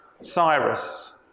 Cyrus